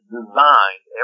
designed